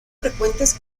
frecuentes